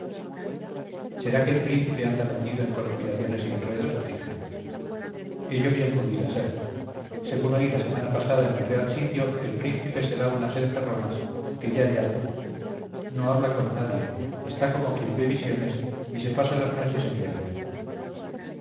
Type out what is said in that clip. será que el príncipe anda metido en conspiraciones y enredos dije ello bien pudiera ser según oí la semana pasada en el real sitio el príncipe se da unas encerronas que ya ya no habla con nadie está como quien ve visiones y se pasa las noches en vela